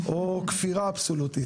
או כפירה אבסולוטית,